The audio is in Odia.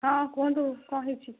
ହଁ କୁହନ୍ତୁ କଣ ହୋଇଛି